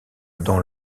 dans